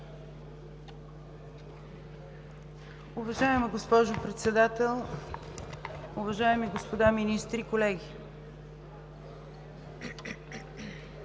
Уважаема госпожо Председател, уважаеми господа министри, колеги!